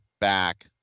back